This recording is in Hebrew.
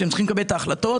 שצריכים לקבל החלטות.